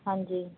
ਹਾਂਜੀ